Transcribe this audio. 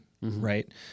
right